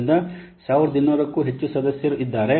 ಈ ಗುಂಪಿನಲ್ಲಿ 30 ದೇಶಗಳಿಂದ 1200 ಕ್ಕೂ ಹೆಚ್ಚು ಸದಸ್ಯರು ಇದ್ದಾರೆ